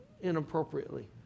inappropriately